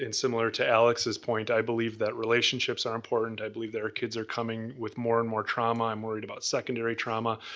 and similar to alex's point, i believe that relationships are important. i believe there are kids that are coming with more and more trauma. i'm worried about secondary trauma.